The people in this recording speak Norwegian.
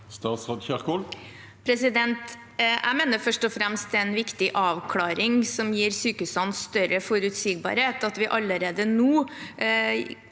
Ingvild Kjerkol Jeg mener først og fremst det er en viktig avklaring som gir sykehusene større forutsigbarhet, at vi allerede nå